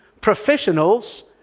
professionals